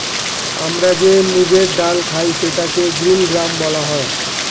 আমরা যে মুগের ডাল খাই সেটাকে গ্রীন গ্রাম বলা হয়